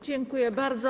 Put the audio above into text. Dziękuję bardzo.